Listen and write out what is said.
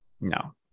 No